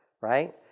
right